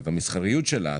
את המסחריות שלה,